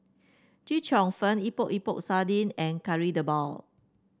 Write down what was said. Chee Cheong Fun Epok Epok Sardin and Kari Debal